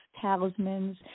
talismans